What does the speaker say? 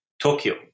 Tokyo